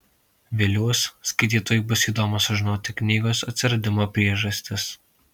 viliuos skaitytojui bus įdomu sužinoti knygos atsiradimo priežastis